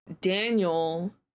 Daniel